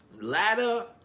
ladder